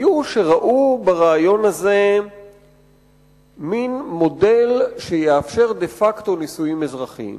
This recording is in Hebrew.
היו שראו ברעיון הזה מין מודל שיאפשר דה-פקטו נישואים אזרחיים.